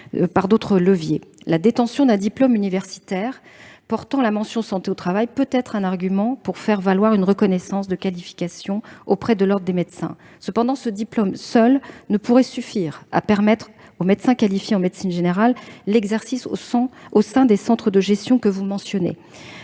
sur d'autres leviers. Ainsi, la détention d'un diplôme universitaire portant la mention « santé au travail » peut être un argument pour faire valoir une reconnaissance de qualification en médecine et santé au travail auprès de l'Ordre des médecins. Cependant, ce diplôme seul ne pourrait suffire à permettre aux médecins qualifiés en médecine générale l'exercice au sein des centres de gestion que vous mentionnez.